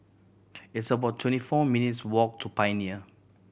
it's about twenty four minutes' walk to Pioneer